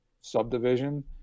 subdivision